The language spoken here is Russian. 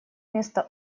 место